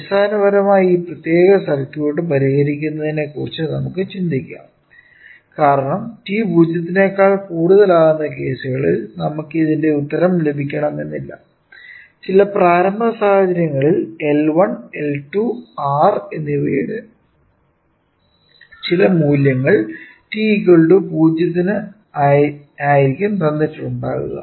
അടിസ്ഥാനപരമായി ഈ പ്രത്യേക സർക്യൂട്ട് പരിഹരിക്കുന്നതിനെക്കുറിച്ച് നമുക്ക് ചിന്തിക്കാം കാരണം t 0 നേക്കാൾ കൂടുതലാകുന്ന കേസുകളിൽ നമുക്ക് ഇതിന്റെ ഉത്തരം ലഭിക്കണമെന്നില്ല ചില പ്രാരംഭ സാഹചര്യങ്ങളിൽ L1 L2 R എന്നിവയുടെ ചില മൂല്യങ്ങൾ t 0 ന് ആയിരിക്കും തന്നിട്ടുണ്ടാവുക